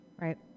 Right